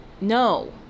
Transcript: No